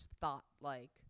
thought-like